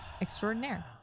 Extraordinaire